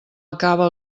acaba